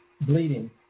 bleeding